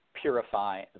purify